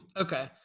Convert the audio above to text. Okay